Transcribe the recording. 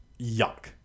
yuck